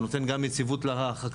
זה נותן גם יציבות לחקלאים,